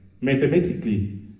Mathematically